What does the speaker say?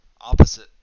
opposite